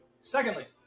secondly